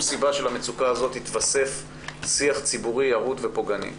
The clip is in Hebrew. סיבה שלמצוקה הזאת יתוסף שיח ציבורי ירוד ופוגעני.